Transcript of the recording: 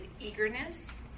eagerness